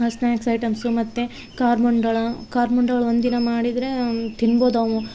snacks items ಮತ್ತು ಕಾರ್ಮುಂಡಾಳ ಕಾರ್ಮುಂಡಾಳ ಒಂದಿನ ಮಾಡಿದರೆ ತಿನ್ಬೋದು ನಾವು